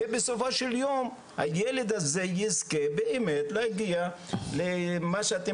ובסופו של יום הילדים האלו יזכו לקבל את מה שאתם מספקים.